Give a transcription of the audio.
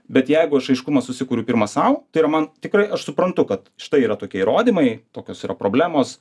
bet jeigu aš aiškumą susikuriu pirmas sau tai yra man tikrai aš suprantu kad štai yra tokie įrodymai tokios yra problemos